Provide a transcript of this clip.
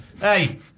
hey